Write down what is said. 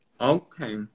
Okay